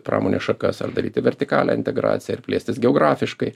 pramonės šakas ar daryti vertikalią integraciją ir plėstis geografiškai